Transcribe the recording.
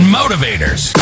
motivators